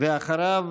ואחריו,